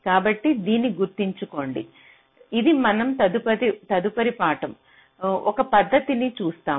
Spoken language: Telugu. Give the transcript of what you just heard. కాబట్టి దీన్ని గుర్తుంచుకోండి ఇది మన తదుపరి పాఠం ఒక పద్ధతిని చూస్తాము